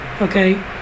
Okay